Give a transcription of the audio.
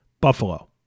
Buffalo